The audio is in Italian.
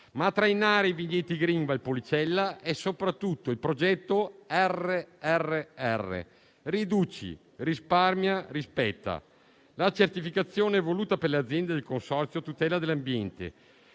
a trainare i vigneti *green* Valpolicella è soprattutto il progetto RRR (riduci, risparmia, rispetta), la certificazione voluta per le aziende del consorzio a tutela dell'ambiente,